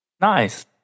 Nice